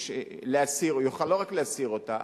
להסיר אותה,